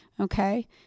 okay